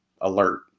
alert